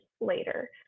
later